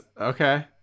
okay